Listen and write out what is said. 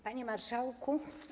Panie Marszałku!